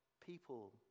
People